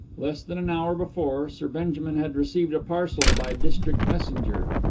less than an hour before sir benjamin had received a parcel by district messenger.